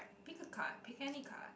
pick a card pick any card